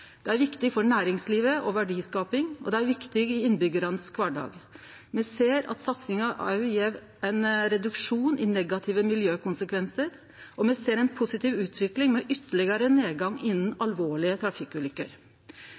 Det er viktig for næringslivet og verdiskapinga, og det er viktig i innbyggjaranes kvardag. Me ser at satsinga òg gjev ein reduksjon i negative miljøkonsekvensar, og me ser ei positiv utvikling med ytterlegare nedgang i alvorlege trafikkulykker.